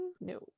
no